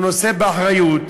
הוא נושא באחריות,